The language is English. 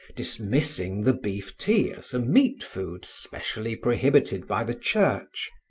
dismissing the beef tea as a meat food specially prohibited by the church.